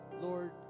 lord